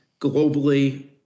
globally